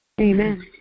Amen